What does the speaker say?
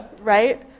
right